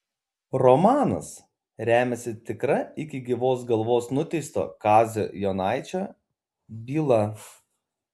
romanas remiasi tikra iki gyvos galvos nuteisto kazio jonaičio byla